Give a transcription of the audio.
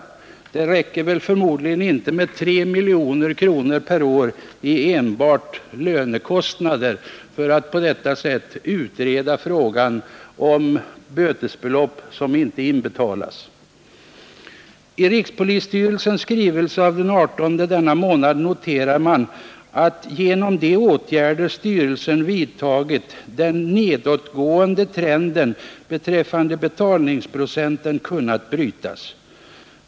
Förmodligen räcker det inte med 3 miljoner kronor per år enbart i lönekostnader för att på detta sätt utreda frågan om bötesbelopp som inte inbetalats. I rikspolisstyrelsens skrivelse av den 18 oktober i år noterar man att genom de åtgärder styrelsen vidtagit har den nedåtgående trenden beträffande betalningsprocenten kunnat brytas.